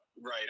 Right